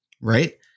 right